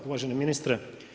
Uvaženi ministre.